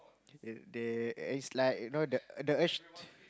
they it's like you know the the urge